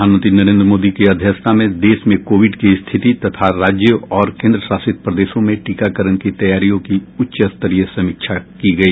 प्रधानमंत्री नरेन्द्र मोदी की अध्यक्षता में देश में कोविड की स्थिति तथा राज्यों और केन्द्रशासित प्रदेशों में टीकाकरण की तैयारियों की उच्चस्तरीय समीक्षा की गई